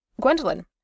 Gwendolyn